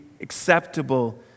acceptable